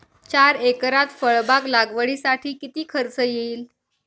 चार एकरात फळबाग लागवडीसाठी किती खर्च येईल?